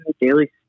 Daily